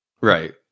Right